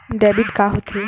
Debit का होथे?